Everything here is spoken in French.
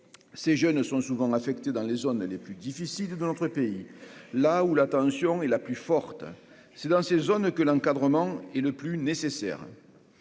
ces jeunes sont souvent affectés dans les zones les plus difficiles dans notre pays, là où la tension est la plus forte, c'est dans ces zones que l'encadrement est le plus nécessaire,